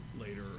later